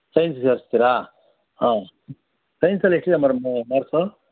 science ಸೇರಿಸ್ತೀರಾ ಹಾಂ ಸೈನ್ಸಲ್ಲಿ ಎಷ್ಟಿದೆ ಮೇಡಮ್ ಮಾರ್ಕ್ಸ್